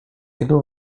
ilu